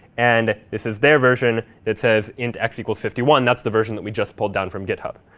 and this is their version that says int x equals fifty one. that's the version that we just pulled down from github.